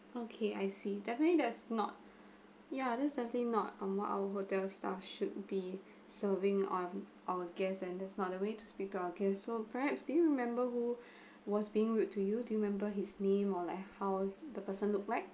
okay I see definitely there's not ya that's certainly not um what our hotel staff should be serving on our guest and that's not the way to speak to our guest so perhaps do you remember who was being rude to you do you remember his name or like how the person look like